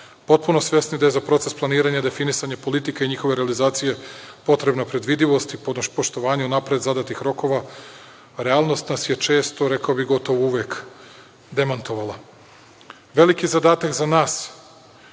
Potpuno svesni da je za proces planiranja, definisanja politike i njihove realizacije potrebna predvidljivost i poštovanje unapred zadatih rokova, realnost nas je često, rekao bih gotovo uvek demantovala. Veliki zadatak za nas